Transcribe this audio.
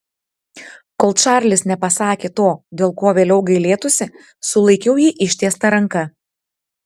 kol čarlis nepasakė to dėl ko vėliau gailėtųsi sulaikiau jį ištiesta ranka